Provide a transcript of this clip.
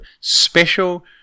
special